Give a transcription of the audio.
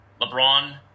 LeBron